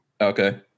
Okay